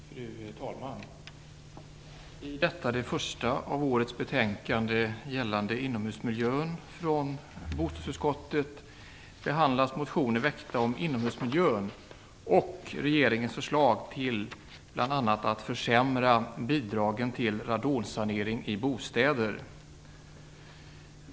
Fru talman! I detta det första av årets betänkande gällande inomhusmiljön från bostadsutskottet behandlas motioner om inomhusmiljön och regeringens förslag om att bl.a. försämra bidragen till radonsanering i bostäder.